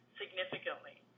significantly